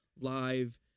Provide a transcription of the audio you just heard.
live